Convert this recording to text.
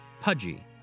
pudgy